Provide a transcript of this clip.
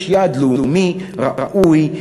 יש יעד לאומי ראוי,